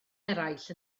eraill